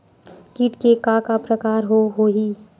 कीट के का का प्रकार हो होही?